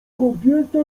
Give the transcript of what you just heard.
kobieta